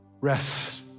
rest